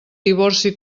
divorci